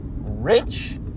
rich